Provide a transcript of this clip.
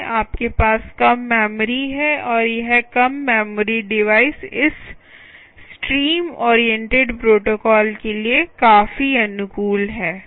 आपके पास कम मेमोरी है और यह कम मेमोरी डिवाइस इस स्ट्रीम ओरिएंटेड प्रोटोकॉल के लिए काफी अनुकूल है